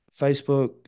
Facebook